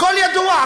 הכול ידוע.